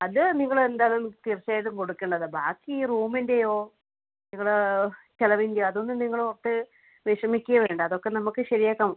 അത് നിങ്ങളെന്താണേലും തീർച്ചയായിട്ടും കൊടുക്കേണ്ടതാണ് ബാക്കി ഈ റൂമിൻ്റെയോ നിങ്ങളുടെ ചിലവിൻ്റെയോ അതൊന്നും നിങ്ങളോർത്ത് വിഷമിക്കുകയേ വേണ്ട അതൊക്കെ നമുക്ക് ശരിയാക്കാം